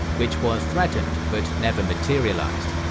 which was threatened but never materialized.